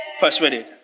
Persuaded